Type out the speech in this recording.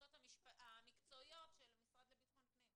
ההמלצות המקצועיות של המשרד לביטחון הפנים.